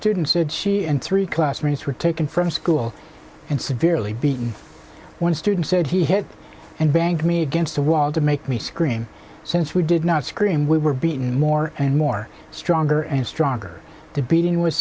student said she and three classmates were taken from school and severely beaten one student said he had and banged me against the wall to make me scream since we did not scream we were beaten more and more stronger and stronger the beating was